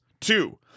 Two